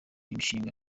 imishinga